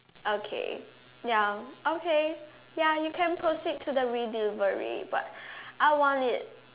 okay ya okay ya you can proceed to the redelivery but I want it